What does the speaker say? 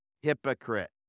hypocrite